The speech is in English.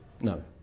No